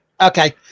Okay